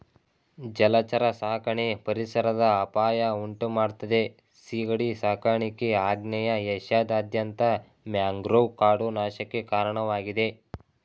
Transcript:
ಜಲಚರ ಸಾಕಣೆ ಪರಿಸರದ ಅಪಾಯ ಉಂಟುಮಾಡ್ತದೆ ಸೀಗಡಿ ಸಾಕಾಣಿಕೆ ಆಗ್ನೇಯ ಏಷ್ಯಾದಾದ್ಯಂತ ಮ್ಯಾಂಗ್ರೋವ್ ಕಾಡು ನಾಶಕ್ಕೆ ಕಾರಣವಾಗಿದೆ